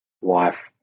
wife